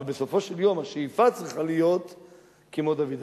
אבל בסופו של יום השאיפה צריכה להיות כמו דוד המלך.